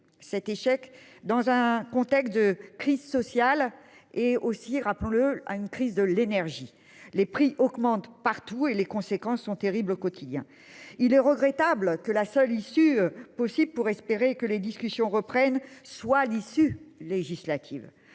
cet échec dans un contexte de crise sociale est aussi rappelons-le à une crise de l'énergie, les prix augmentent partout et les conséquences sont terribles au quotidien. Il est regrettable que la seule issue possible pour espérer que les discussions reprennent soit l'issue législative